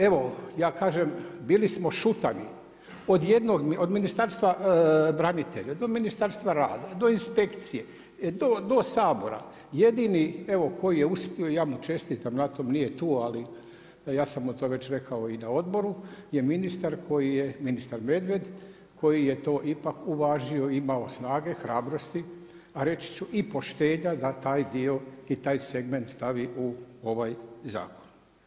Evo, ja kažem bili smo šutagi, od Ministarstva branitelja, do Ministarstva rada, do inspekcije, do Sabora, jedini koji je uspio, ja mu čestitam na tome, nije tu, ali ja sam mu već to rekao i na odboru je ministar koji je, ministar Medved, koji je to ipak uvažio i imao snage, hrabrosti, a reći ću i poštenja da taj dio i taj segment stavi u ovaj zakon.